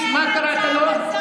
חבר הכנסת קיש, מה קראת לו?